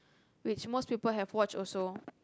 which most people have watch also